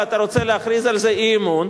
ואתה רוצה להכריז על זה אי-אמון,